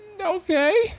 Okay